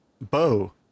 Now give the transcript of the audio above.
Bow